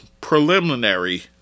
preliminary